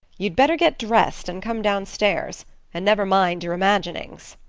you'd better get dressed and come down-stairs and never mind your imaginings,